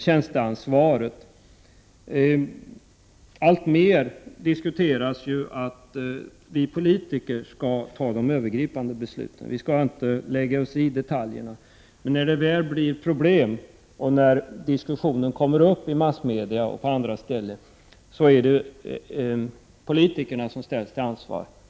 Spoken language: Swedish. I diskussionen hävdas alltmer att vi politiker skall fatta 39 de övergripande besluten, inte lägga oss i detaljerna. Men när det blir 9 november 1988 problem och diskussionen kommer upp i massmedia och på andra håll är det politikerna som ställs till ansvar.